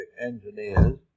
engineers